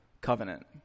covenant